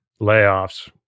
layoffs